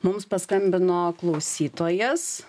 mums paskambino klausytojas